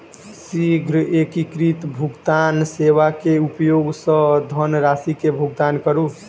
शीघ्र एकीकृत भुगतान सेवा के उपयोग सॅ धनरशि के भुगतान करू